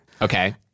Okay